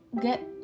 get